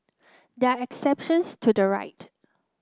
there are exceptions to the right